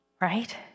Right